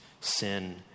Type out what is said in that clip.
sin